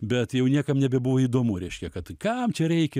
bet jau niekam nebebuvo įdomu reiškia kad kam čia reikia